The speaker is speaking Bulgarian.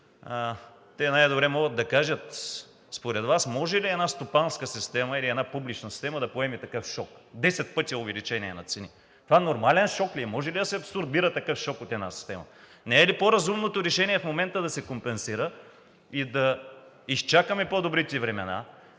те най-добре могат да кажат. Според Вас може ли една стопанска система или една публична система да поеме такъв шок – 10 пъти увеличение на цените. Това нормален шок ли е, може ли да се абсорбира такъв шок от една система? Не е ли по-разумното решение в момента да се компенсира и да изчакаме по-добрите времена